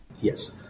Yes